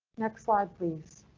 next slide, please.